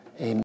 Amen